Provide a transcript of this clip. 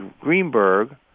Greenberg